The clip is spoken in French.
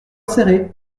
serré